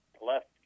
left